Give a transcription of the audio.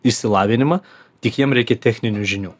išsilavinimą tik jiem reikia techninių žinių